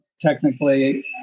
technically